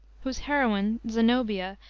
whose heroine, zenobia,